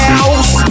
house